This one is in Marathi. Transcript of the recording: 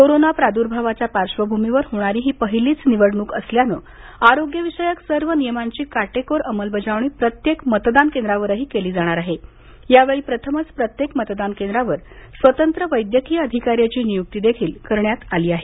कोरोना प्रादुर्भावाच्या पार्श्वभूमीवर होणारी ही पहिलीच निवडणूक असल्यानं आरोग्यविषयक सर्व नियमांची काटेकोर अंमलबजावणी प्रत्येक मतदान केंद्रावरही केली जाणार असून यावेळी प्रथमच प्रत्येक मतदान केंद्रावर स्वतंत्र वैद्यकीय अधिकाऱ्याची नियुक्ती करण्यात आली आहे